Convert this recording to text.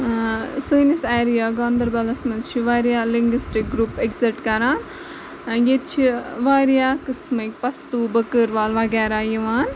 سٲنِس ایریا گاندَربَلَس منٛز چھِ واریاہ لِنٛگوِسٹِک گرُپ اٮ۪گزِٹ کَران ییٚتہِ چھِ واریاہ قٕسمٕکۍ پَستوٗ بٔکٕروال وغیرہ یِوان